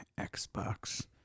Xbox